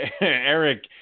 Eric